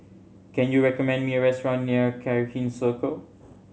can you recommend me a restaurant near Cairnhill Circle